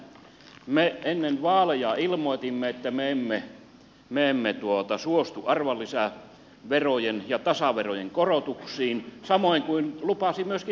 me ennen vaaleja ilmoitimme että me emme suostu arvonlisäverojen ja tasaverojen korotuksiin samoin kuin lupasivat myöskin sosialidemokraatit